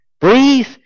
Breathe